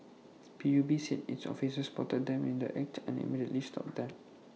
P U B said its officers spotted them in the act and immediately stopped them